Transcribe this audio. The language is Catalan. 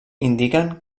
indiquen